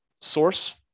source